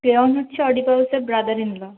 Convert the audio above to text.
Creon হচ্ছে অডীপাউসের brother in law